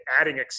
adding